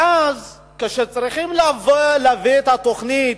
ואז, כאשר צריכים להביא את התוכנית,